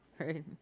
Right